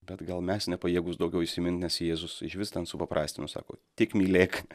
bet gal mes nepajėgūs daugiau įsimint nes jėzus išvis ten supaprastino sako tik mylėk